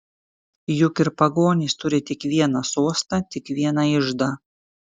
juk ir pagonys turi tik vieną sostą tik vieną iždą